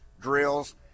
drills